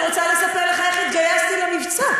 אני רוצה לספר לך איך התגייסתי למבצע.